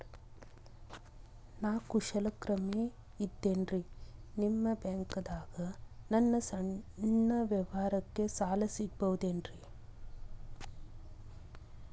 ನಾ ಕುಶಲಕರ್ಮಿ ಇದ್ದೇನ್ರಿ ನಿಮ್ಮ ಬ್ಯಾಂಕ್ ದಾಗ ನನ್ನ ಸಣ್ಣ ವ್ಯವಹಾರಕ್ಕ ಸಾಲ ಸಿಗಬಹುದೇನ್ರಿ?